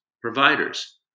providers